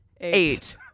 Eight